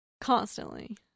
constantly